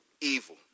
evil